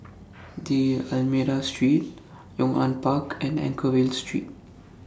D'almeida Street Yong An Park and Anchorvale Street